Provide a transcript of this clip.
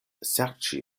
serĉi